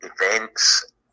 events